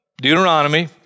Deuteronomy